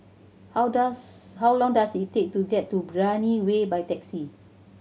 how does how long does it take to get to Brani Way by taxi